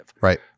right